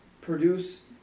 produce